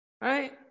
Right